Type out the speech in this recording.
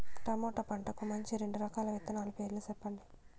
tomato పంటకు మంచి రెండు రకాల విత్తనాల పేర్లు సెప్పండి